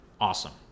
awesome